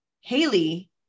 Haley